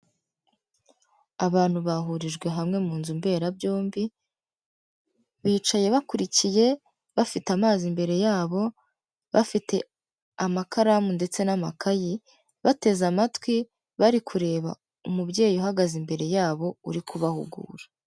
Abantu bahurijwe hamwe mu nzu mberabyombi, bicaye bakurikiye, bafite amazi imbere yabo, bafite amakaramu ndetse n'amakayi, bateze amatwi, bari kureba umubyeyi uhagaze imbere yabo uri kubahugura.